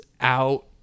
out